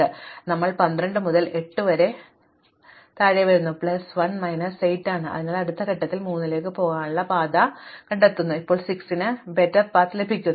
അതിനാൽ ഞങ്ങൾ 12 മുതൽ 8 വരെ താഴുന്നു പ്ലസ് 1 മൈനസ് 8 ആണ് അതിനാൽ അടുത്ത ഘട്ടത്തിൽ 3 ലേക്ക് പോകാനുള്ള പാത കൂടുതൽ ചുരുങ്ങുന്നു കാരണം ഇപ്പോൾ 6 ന് മികച്ച പാത ലഭിക്കുന്നു